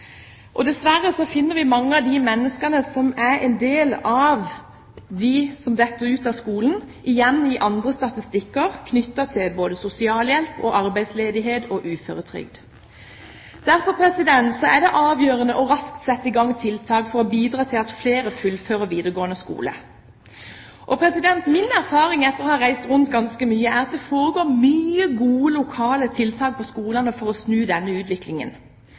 bekymringsfullt. Dessverre finner vi igjen mange av de menneskene som faller ut av skolen, i andre statistikker senere knyttet til både sosialhjelp, arbeidsledighet og uføretrygd. Derfor er det avgjørende raskt å sette i gang tiltak for å bidra til at flere fullfører videregående skole. Min erfaring etter å ha reist rundt ganske mye er at det er mange gode lokale tiltak på skolene for å snu denne utviklingen.